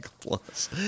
Plus